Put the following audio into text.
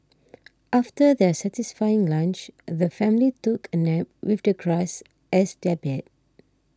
after their satisfying lunch the family took a nap with the grass as their bed